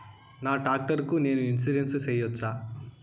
నా టాక్టర్ కు నేను ఇన్సూరెన్సు సేయొచ్చా?